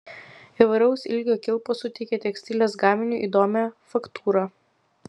įvairaus ilgio kilpos suteikia tekstilės gaminiui įdomią faktūrą